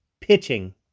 pitching